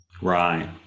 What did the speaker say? Right